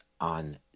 on